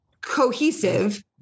cohesive